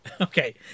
Okay